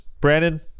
Brandon